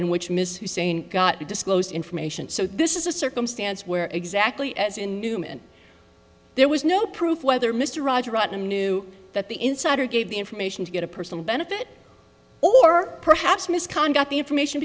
in which ms hussein got disclosed information so this is a circumstance where exactly as in newman there was no proof whether mr rajaratnam knew that the insider gave the information to get a personal benefit or perhaps misconduct the information